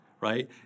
right